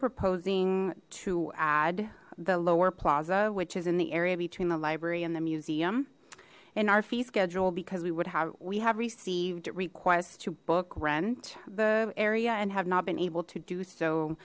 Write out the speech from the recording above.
proposing to add the lower plaza which is in the area between the library and the museum in our fee schedule because we would have we have received requests to book rent the area and have not been able to do so